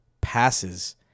passes